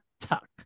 Tuck